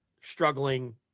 struggling